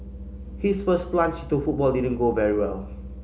his first plunge to football didn't go very well